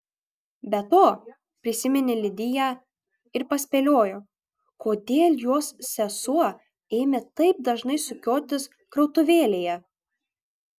be to prisiminė lidiją ir paspėliojo kodėl jos sesuo ėmė taip dažnai sukiotis krautuvėlėje